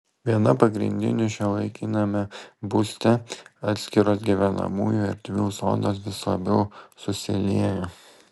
viena pagrindinių šiuolaikiniame būste atskiros gyvenamųjų erdvių zonos vis labiau susilieja